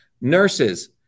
nurses